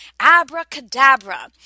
abracadabra